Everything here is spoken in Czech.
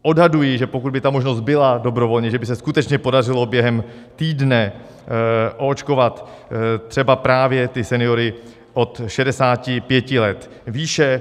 Odhaduji, že pokud by ta možnost dobrovolně byla, že by se skutečně podařilo během týdne oočkovat třeba právě seniory od 65 let výše.